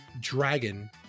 dragon